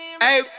Hey